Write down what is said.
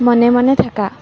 মনে মনে থাকা